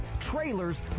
trailers